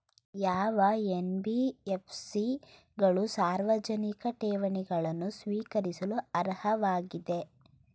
ಯಾವ ಎನ್.ಬಿ.ಎಫ್.ಸಿ ಗಳು ಸಾರ್ವಜನಿಕ ಠೇವಣಿಗಳನ್ನು ಸ್ವೀಕರಿಸಲು ಅರ್ಹವಾಗಿವೆ?